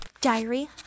Diary